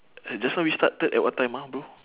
uh just now we started at what time ah bro